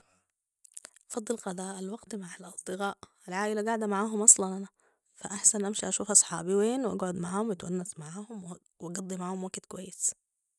أفضل قضاء الوقت مع الأصدقاء العائلة قاعدة معاهم أصلا أنا ، فأحسن أمشي أشوف أصحابي وين وأقعد معهم أتونس معهم وأقضي معهم وكت كويس